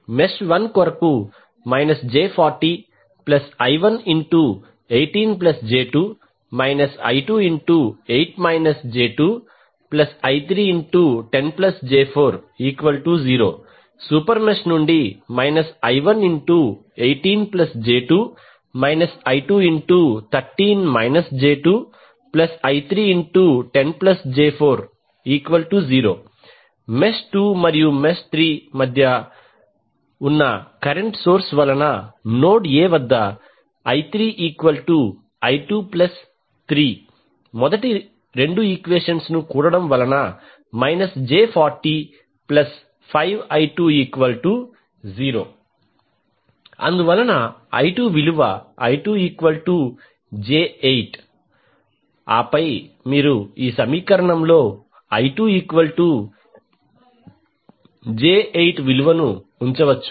mesh 1 కొరకు j40I118j2 I28 j2I310j40 super mesh నుండి I118j2 I213 j2I310j40 mesh 2 మరియు 3 మధ్య ఉన్న కరెంట్ సోర్స్ వలన నోడ్ a వద్ద I3I23 మొదటి రెండు ఈక్వేషన్స్ ను కూడడం వలన j405I20 అందువలన I2j8 ఆపై మీరు ఈ సమీకరణంలో I2j8 విలువను ఉంచవచ్చు